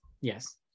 Yes